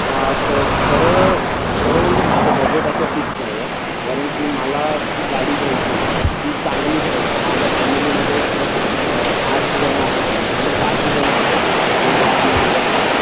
हां ख खरं खरं म्हणजे माझं बजेट असं फिक्स नाही आहे कारण की मला ती गाडी घ्यायची आहे ती चांगलीच घ्यायची आहे माझ्या फॅमिलीमध्ये एक आठ जण आहोत आम्ही म्हणजे सात जण आहोत ला एक लहान मुलगा आहे माझा